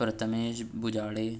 پرتنیش بجاڑے